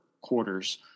quarters